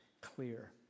clear